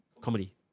comedy